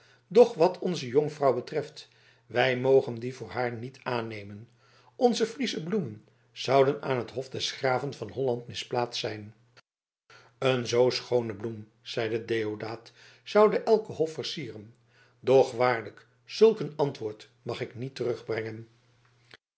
doch wat onze jonkvrouw betreft wij mogen die voor haar niet aannemen onze friesche bloemen zouden aan het hof des graven van holland misplaatst zijn een zoo schoone bloem zeide deodaat zoude elken hof versieren doch waarlijk zulk een antwoord mag ik niet terugbrengen